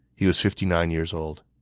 he was fifty nine years old.